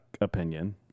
Opinion